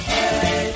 Hey